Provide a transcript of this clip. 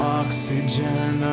oxygen